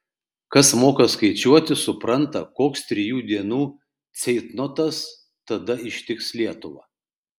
kas moka skaičiuoti supranta koks trijų dienų ceitnotas tada ištiks lietuvą